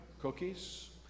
cookies